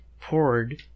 poured